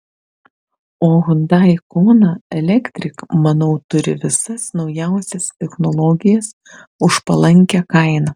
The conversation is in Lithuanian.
o hyundai kona electric manau turi visas naujausias technologijas už palankią kainą